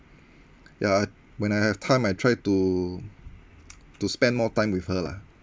yeah when I have time I try to to spend more time with her lah